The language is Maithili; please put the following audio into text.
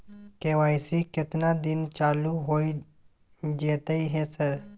के.वाई.सी केतना दिन चालू होय जेतै है सर?